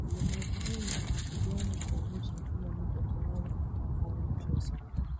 Mlemavu huyu anapigana kuonyesha kuwa yuko tayari kufanya mchezo huo.